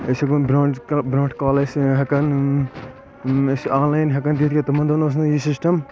أسۍ ہٮ۪کو نہٕ برٛونٛٹھ برٛونٛٹھ کال ٲسۍ ہٮ۪کان أسۍ آن لاین ہٮ۪کان دِتھ کیٚنٛہہ تِمن دۄہن اوس نہٕ یہِ سسٹم